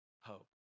hope